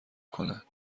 کنند